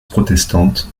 protestante